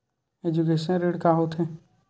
Education ऋण का होथे?